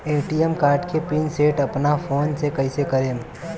ATM card के pin set अपना phone से कइसे करेम?